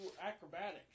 acrobatics